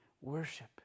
worship